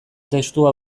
testua